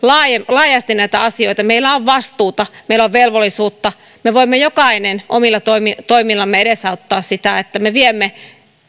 laajasti näitä asioita meillä on vastuuta meillä on velvollisuutta me voimme jokainen omilla toimillamme edesauttaa sitä että me viemme